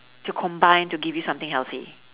to combine to give you something healthy